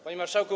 Panie Marszałku!